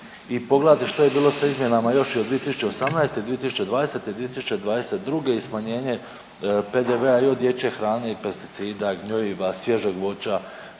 i pogledati što je bilo sa izmjenama još i od 2018. i 2020. i 2022. i smanjenje PDV-a i od dječje hrane i pesticida, gnojiva, svježeg voća,